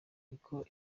niko